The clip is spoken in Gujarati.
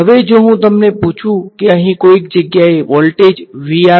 હવે જો હું તમને પૂછું કે અહીં કોઈક જગ્યાએ વોલ્ટેજ શું છે